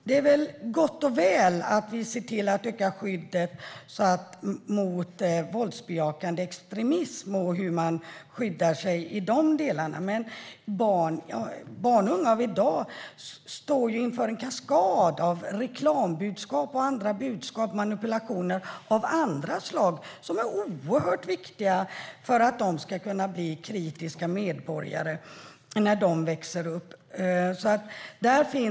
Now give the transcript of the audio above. Det är gott och väl att vi ökar skyddet mot våldsbejakande extremism, men barn och unga av i dag står inför en kaskad av reklambudskap och budskap och manipulationer av andra slag. Det är oerhört viktigt att de lär sig att granska dem så att de kan bli kritiska medborgare.